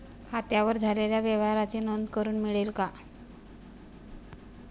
खात्यावर झालेल्या व्यवहाराची नोंद करून मिळेल का?